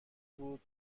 بود